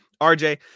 rj